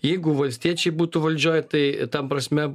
jeigu valstiečiai būtų valdžioj tai ta prasme